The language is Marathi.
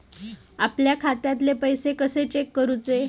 आपल्या खात्यातले पैसे कशे चेक करुचे?